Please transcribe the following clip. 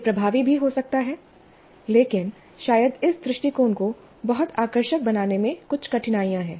यह प्रभावी भी हो सकता है लेकिन शायद इस दृष्टिकोण को बहुत आकर्षक बनाने में कुछ कठिनाइयाँ हैं